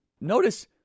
Notice